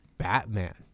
Batman